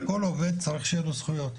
כל עובד צריך שיהיה לו זכויות,